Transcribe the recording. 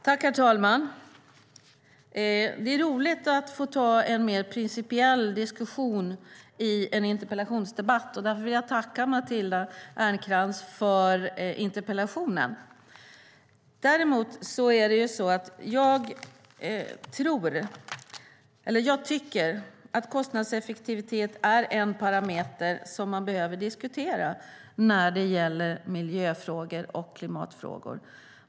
Herr talman! Det är roligt att få ha en mer principiell diskussion i en interpellationsdebatt, och därför vill jag tacka Matilda Ernkrans för interpellationen. Jag tycker att kostnadseffektivitet är en parameter som man behöver diskutera när det gäller miljö och klimatfrågor.